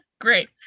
Great